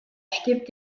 stirbt